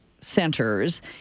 centers